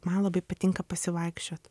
man labai patinka pasivaikščiot